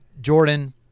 Jordan